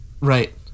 right